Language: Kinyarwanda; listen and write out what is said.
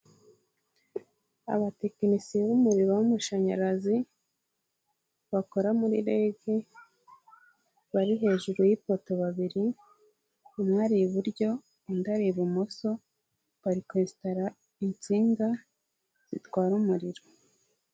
Abatekinisiye b'umuriro w'amashanyarazi bakora muri REG bari hejuru y'ipoto babiri, umwe ari iburyo undi ari ibumoso bari kwesitara insinga zitwara umuriro.